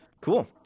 Cool